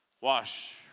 Wash